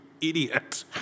idiot